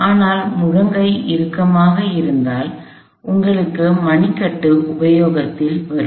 ஆனால் முழங்கை இறுக்கமாக இருந்தால் உங்களுக்கு மணிக்கட்டு உபயோகத்தில் வரும்